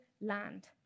land